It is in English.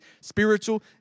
spiritual